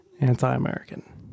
anti-American